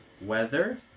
Weather